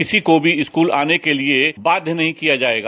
किसी को भी स्कूल आने के लिए बाध्य नहीं किया जायेगा